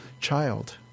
child